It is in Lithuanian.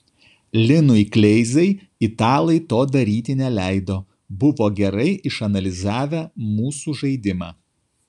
linui kleizai italai to daryti neleido buvo gerai išanalizavę mūsų žaidimą